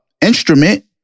instrument